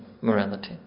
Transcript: morality